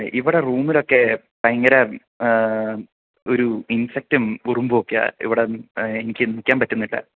ഇവിടെ റൂമിലൊക്കെ ഭയങ്കര ഒരു ഇൻസെക്ടറ്റും ഉറുമ്പുക്കെയാ ഇവിടെ എനിക്ക് നിൽക്കാൻ പറ്റുന്നില്ല